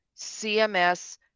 cms